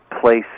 place